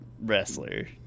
wrestler